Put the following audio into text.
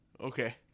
Okay